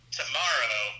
tomorrow